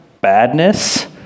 badness